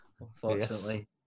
Unfortunately